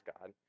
God